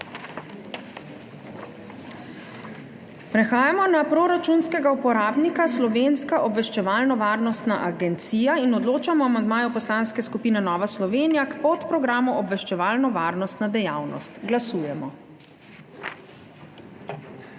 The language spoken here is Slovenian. Prehajamo na proračunskega uporabnika Slovenska obveščevalno-varnostna agencija in odločamo o amandmaju Poslanske skupine Nova Slovenija k podprogramu Obveščevalno-varnostna dejavnost. Glasujemo.Navzočih